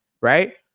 right